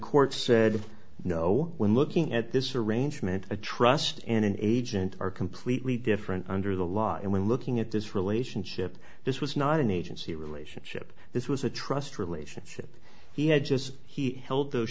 court said no we're looking at this arrangement a trust and an agent are completely different under the law and when looking at this relationship this was not an agency relationship this was a trust relationship he had just he held those